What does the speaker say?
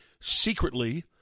secretly